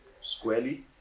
squarely